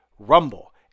Rumble